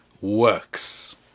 works